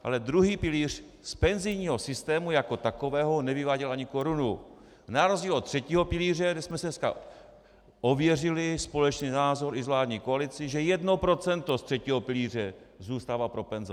Ale druhý pilíř z penzijního systému jako takového nevyváděl ani korunu, na rozdíl od třetího pilíře, kde jsme si dneska ověřili společný názor i s vládní koalicí, že jedno procento z třetího pilíře zůstává pro penze.